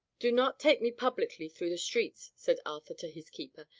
do not take me publicly through the streets, said arthur to his keepers.